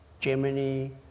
Germany